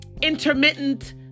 intermittent